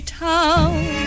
town